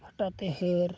ᱦᱟᱴᱟᱜᱼᱛᱮ ᱦᱟᱹᱨ